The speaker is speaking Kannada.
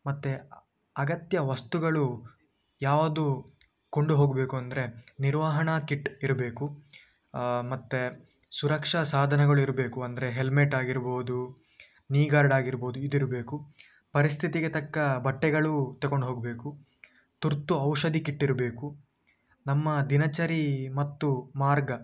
ಮತ್ತು ಅಗತ್ಯ ವಸ್ತುಗಳು ಯಾವುದು ಕೊಂಡು ಹೋಗಬೇಕು ಅಂದರೆ ನಿರ್ವಹಣಾ ಕಿಟ್ ಇರಬೇಕು ಮತ್ತು ಸುರಕ್ಷಾ ಸಾಧನಗಳಿರಬೇಕು ಅಂದರೆ ಹೆಲ್ಮೆಟ್ ಆಗಿರ್ಬೋದು ನೀ ಗಾರ್ಡ್ ಆಗಿರ್ಬೋದು ಇದ್ದಿರ್ಬೇಕು ಪರಿಸ್ಥಿತಿಗೆ ತಕ್ಕ ಬಟ್ಟೆಗಳು ತೆಗೊಂಡು ಹೋಗಬೇಕು ತುರ್ತು ಔಷಧಿ ಕಿಟ್ ಇರಬೇಕು ನಮ್ಮ ದಿನಚರಿ ಮತ್ತು ಮಾರ್ಗ